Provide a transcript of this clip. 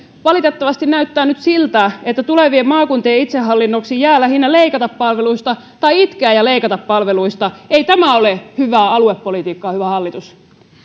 valitettavasti näyttää nyt siltä että tulevien maakuntien itsehallinnoksi jää lähinnä leikata palveluista tai itkeä ja leikata palveluista ei tämä ole hyvää aluepolitiikkaa hyvä hallitus